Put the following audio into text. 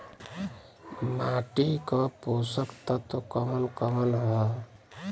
माटी क पोषक तत्व कवन कवन ह?